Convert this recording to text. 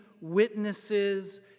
witnesses